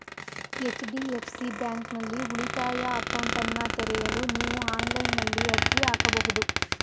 HDFC ಬ್ಯಾಂಕ್ನಲ್ಲಿ ಉಳಿತಾಯ ಅಕೌಂಟ್ನನ್ನ ತೆರೆಯಲು ನೀವು ಆನ್ಲೈನ್ನಲ್ಲಿ ಅರ್ಜಿ ಹಾಕಬಹುದು